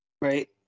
Right